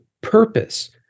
purpose